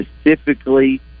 specifically